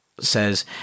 says